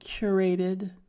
curated